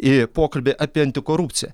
į pokalbį apie antikorupciją